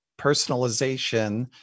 personalization